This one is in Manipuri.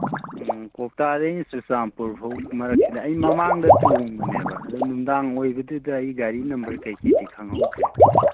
ꯎꯝ ꯀꯣꯛꯇꯥꯗꯒꯤꯅ ꯆꯨꯔꯆꯥꯟꯄꯨꯔ ꯐꯥꯎ ꯃꯔꯛꯁꯤꯗ ꯑꯩ ꯃꯃꯥꯡꯗ ꯇꯣꯡꯕꯅꯦꯕ ꯑꯗ ꯅꯨꯡꯗꯥꯡ ꯑꯣꯏꯕꯗꯨꯗ ꯑꯩ ꯒꯥꯔꯤ ꯅꯝꯕꯔ ꯀꯩꯀꯩꯗꯤ ꯈꯪꯍꯧꯗ꯭ꯔꯦ